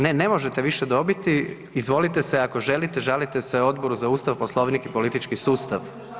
Ne, ne možete više dobiti, izvolite se ako želite žalite se Odboru za Ustav, Poslovnik i politički sustav.